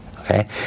okay